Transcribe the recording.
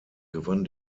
gewann